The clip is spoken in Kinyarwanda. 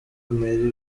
emery